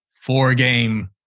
four-game